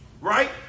right